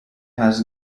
has